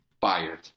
Fired